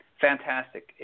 Fantastic